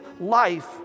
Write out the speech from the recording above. life